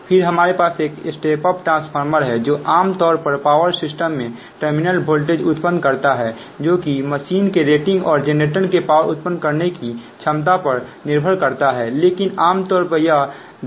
फिर हमारे पास एक स्टेप अप ट्रांसफॉर्मर है जो आमतौर पर पावर सिस्टम में टर्मिनल वोल्टेज उत्पन्न करता है जो कि मशीन के रेटिंग और जेनरेटर के पावर उत्पन्न करने की क्षमता पर निर्भर करता है